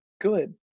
good